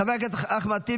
--- מי שאחראי